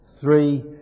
three